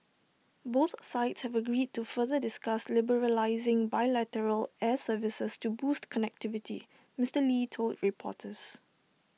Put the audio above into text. both sides have agreed to further discuss liberalising bilateral air services to boost connectivity Mister lee told reporters